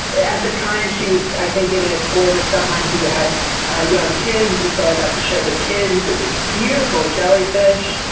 at the time she was, i think, giving a tour with someone who had young kids, and so i got to show the kids this beautiful jellyfish.